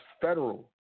federal